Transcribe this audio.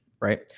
Right